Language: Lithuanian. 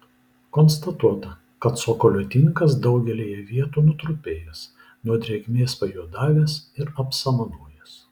konstatuota kad cokolio tinkas daugelyje vietų nutrupėjęs nuo drėgmės pajuodavęs ir apsamanojęs